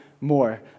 more